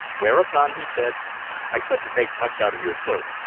whereupon he said i couldn't make much out of your clerk.